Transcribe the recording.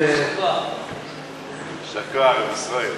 לא בקואליציה.